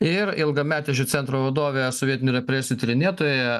ir ilgametė šio centro vadovė sovietinių represijų tyrinėtoja